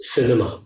Cinema